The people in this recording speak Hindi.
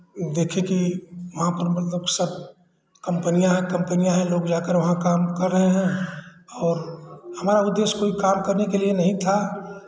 देखे कि वहाँ पर मतलब सब कम्पनियां हैं कम्पनियां हैं लोग जाकर वहाँ काम कर रहे हैं और हमारा उद्देश्य कोई काम करने के लिए नहीं था